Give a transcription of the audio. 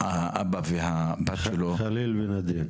ח'ליל ונדין,